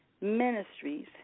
Ministries